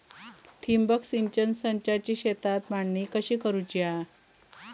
ठिबक सिंचन संचाची शेतात मांडणी कशी करुची हा?